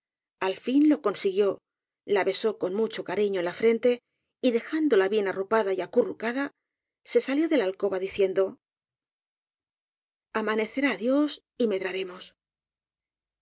al fin lo consiguió la besó con mucho cariño en la frente y dejándola bien ariopada y acurrucada se salió de la alcoba diciendo amanecerá dios y medraremos